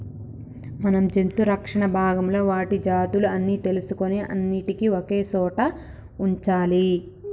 మనం జంతు రక్షణ భాగంలో వాటి జాతులు అన్ని తెలుసుకొని అన్నిటినీ ఒకే సోట వుంచాలి